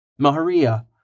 Maharia